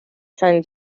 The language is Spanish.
san